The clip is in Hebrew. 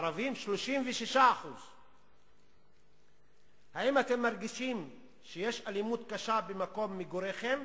ערבים 36%. האם אתם מרגישים שיש אלימות קשה במקום מגוריכם?